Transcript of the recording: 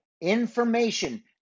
information